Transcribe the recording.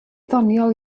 ddoniol